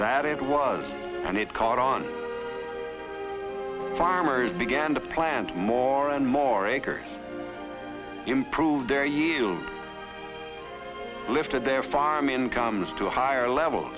that it was a need caught on farmers began to plant more and more acres improved their you lifted their farm incomes to a higher level